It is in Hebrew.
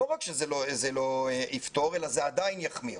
לא רק שזה לא יפתור אלא זה עדיין יחמיר.